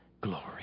glory